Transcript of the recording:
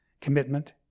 commitment